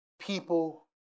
people